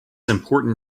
important